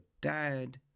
dad